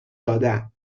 دادن